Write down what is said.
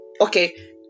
okay